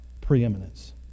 Preeminence